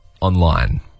online